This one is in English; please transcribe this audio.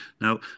Now